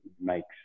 makes